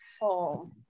home